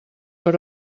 per